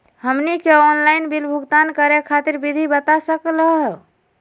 हमनी के online bill भुगतान करे खातीर विधि बता सकलघ हो?